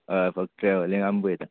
हय फक्क ट्रॅवलींग आमी पळयता